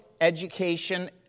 education